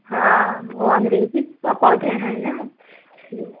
हाँ वह अंग्रेज़ी पौधे है ना इसलिए